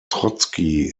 trotsky